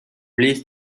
release